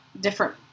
different